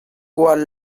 gwall